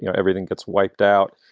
you know everything gets wiped out.